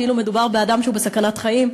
כאילו מדובר באדם שהוא בסכנת חיים,